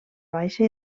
baixa